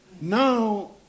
Now